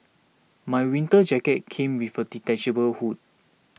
my winter jacket came with a detachable hood